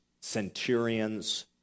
centurions